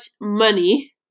money